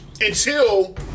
until-